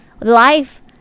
life